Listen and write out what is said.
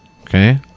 Okay